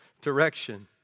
direction